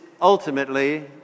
Ultimately